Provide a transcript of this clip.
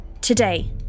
Today